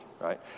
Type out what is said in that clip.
right